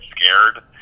scared